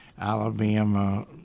Alabama